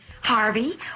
Harvey